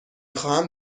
خواهم